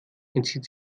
entzieht